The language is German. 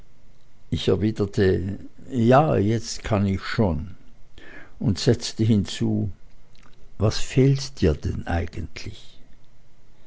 ich erwiderte ja jetzt kann ich schon und setzte hinzu was fehlt dir denn eigentlich